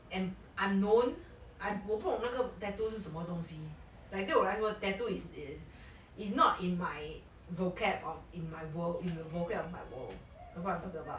and unknown I 我不懂那个 tattoo 是什么东西 like 对我 whatever tattoo is is is not in my vocab or in my world in the vocab of my world that's what I am talking about